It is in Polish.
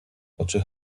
oczy